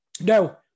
No